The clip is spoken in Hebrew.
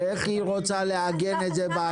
ואיך היא רוצה לעגן את זה בעתיד?